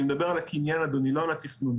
אני מדבר על הקניין, אדוני, לא על התכנון.